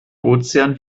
ozean